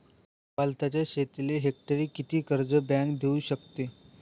वलताच्या शेतीले हेक्टरी किती कर्ज बँक देऊ शकते?